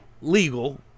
legal